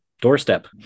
doorstep